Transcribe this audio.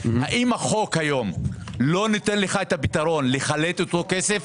האם החוק היום לא נותן לך את הפתרון לחלט את אותו כסף?